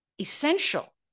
essential